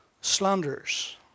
Slanders